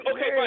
Okay